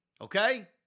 okay